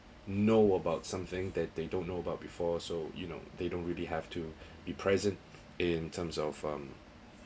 know about something that they don't know about before so you know they don't really have to be present in terms of um